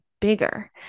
bigger